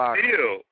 deal